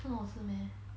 这么好吃 meh